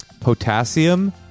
potassium